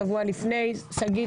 שבוע לפני שגית,